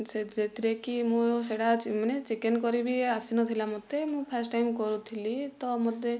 ସେ ଯେଉଁଥିରେକି ମୁଁ ସେଇଟା ଚି ମାନେ ଚିକେନ୍ କରି ବି ଆସିନଥିଲା ମୋତେ ମୁଁ ଫାଷ୍ଟ୍ ଟାଇମ୍ କରୁଥିଲି ତ ମୋତେ